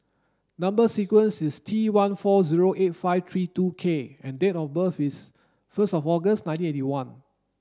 number sequence is T one four zero eight five three two K and date of birth is first of August nineteen eighty one